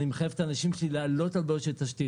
אני מחייב את האנשים שלי לעלות על בעיות של תשתית,